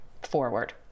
forward